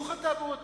החינוך התעבורתי,